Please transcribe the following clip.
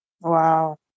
Wow